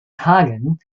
hagen